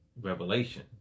revelation